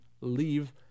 leave